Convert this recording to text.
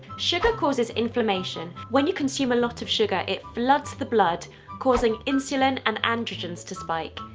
sugar causes inflammation. when you consume a lot of sugar, it floods the blood causing insulin and androgens to spike.